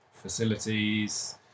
Facilities